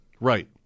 Right